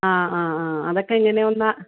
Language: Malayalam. ആ ആ ആ അതൊക്കെ ഇങ്ങനെയൊന്ന